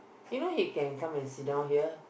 you know he can come and sit down here